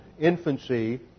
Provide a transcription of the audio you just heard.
infancy